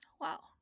wow